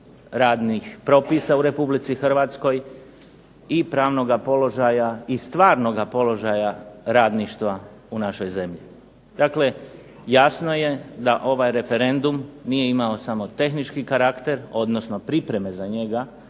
radnih propisa u Republici Hrvatskoj i pravnoga položaja i stvarnoga položaja radništva u našoj zemlji. Dakle jasno je da ovaj referendum nije imao samo tehnički karakter, odnosno pripreme za njega,